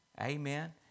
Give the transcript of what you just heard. Amen